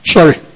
Sorry